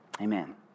Amen